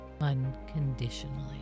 unconditionally